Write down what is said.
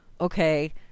okay